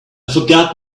forgot